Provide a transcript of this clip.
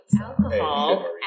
alcohol